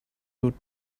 would